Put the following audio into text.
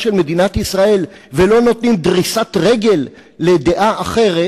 של מדינת ישראל ולא נותנים דריסת רגל לדעה אחרת,